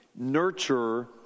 nurture